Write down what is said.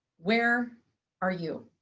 where are you?